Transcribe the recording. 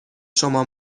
شما